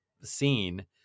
scene